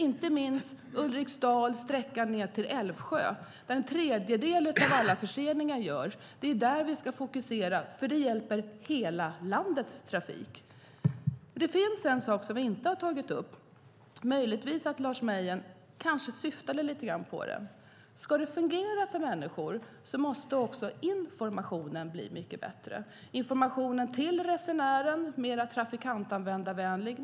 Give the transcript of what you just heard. En tredjedel av alla förseningar uppstår på sträckan mellan Ulriksdal och Älvsjö. Det är där vi ska fokusera, för det hjälper trafiken i hela landet. Det finns en sak som vi inte har tagit upp. Lars Mejern syftade möjligtvis lite grann på den. Om det ska fungera för människor måste också informationen bli mycket bättre. Informationen till resenären måste bli mer trafikantanvändarvänlig.